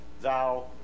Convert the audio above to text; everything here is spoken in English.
thou